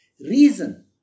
Reason